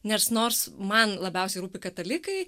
nes nors man labiausiai rūpi katalikai